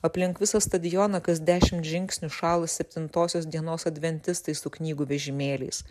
aplink visą stadioną kas dešimt žingsnių šąla septintosios dienos adventistai su knygų vežimėliais